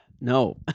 No